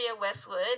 Westwood